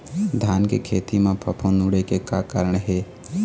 धान के खेती म फफूंद उड़े के का कारण हे?